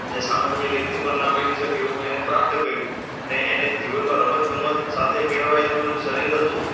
જે સામાન્ય વ્યક્તિ પણ ના મેળવી શકે એવું એમણે પ્રાપ્ત કર્યું અને એમણે જીવનમાં રમતગમત સાથે કેળવાયેલું એમનું શરીર હતું